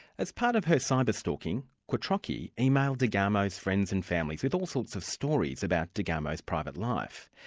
as part of her cyber stalking quattrocchi emailed degarmo's friends and family with all sorts of stories about degarmo's private life.